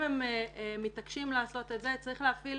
אם הם מתעקשים לעשות את זה צריך להפעיל